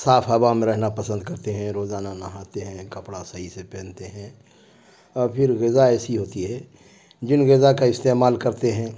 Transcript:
صاف ہوا میں رہنا پسند کرتے ہیں روزانہ نہاتے ہیں کپڑا صحیح سے پہنتے ہیں اور پھر غذا ایسی ہوتی ہے جن غذا کا استعمال کرتے ہیں